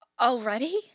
Already